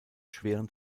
schweren